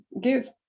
give